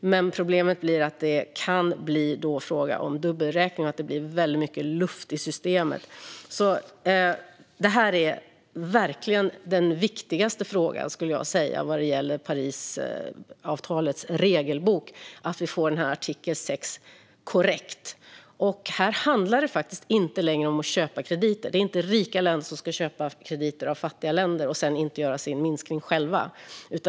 Men problemet är då att det kan bli fråga om dubbelräkning och att det blir väldigt mycket luft i systemet. Detta är verkligen den viktigaste frågan när det gäller Parisavtalets regelbok. Vi måste få artikel 6 att bli korrekt. Här handlar det inte längre om att köpa krediter. Rika länder ska inte köpa krediter av fattiga länder och sedan inte göra någon minskning själva.